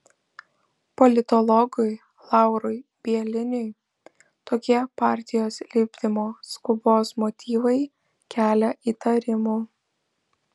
politologui laurui bieliniui tokie partijos lipdymo skubos motyvai kelia įtarimų